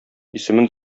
исемен